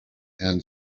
and